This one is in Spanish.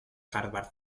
harvard